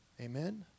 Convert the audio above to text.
Amen